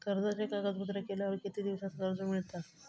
कर्जाचे कागदपत्र केल्यावर किती दिवसात कर्ज मिळता?